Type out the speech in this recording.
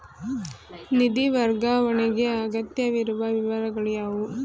ನಿಧಿ ವರ್ಗಾವಣೆಗೆ ಅಗತ್ಯವಿರುವ ವಿವರಗಳು ಯಾವುವು?